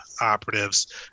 Operatives